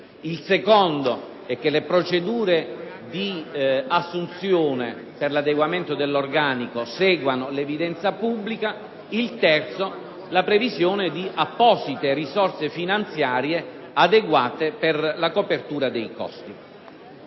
la seconda, che le procedure di assunzione per l'adeguamento dell'organico seguano l'evidenza pubblica; la terza, la previsione di apposite risorse finanziarie, adeguate per la copertura dei costi.